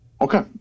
Okay